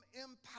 impact